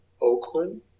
Oakland